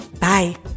bye